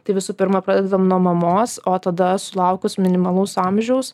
tai visų pirma pradedam nuo mamos o tada sulaukus minimalaus amžiaus